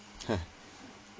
!huh!